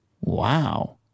Wow